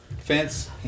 fence